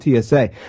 TSA